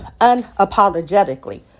unapologetically